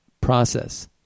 process